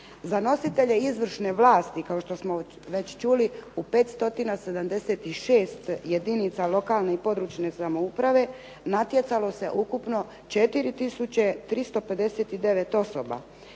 Za nositelje izvršne vlasti kao što smo već čuli u 576 jedinica lokalne i područne (regionalne) samouprave natjecalo se ukupno 4 tisuće 359 osoba.